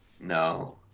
No